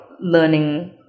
learning